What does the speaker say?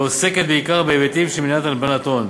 ועוסקת בעיקר בהיבטים של מניעת הלבנת הון.